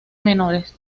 menores